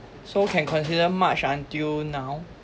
so can consider march until now